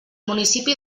municipi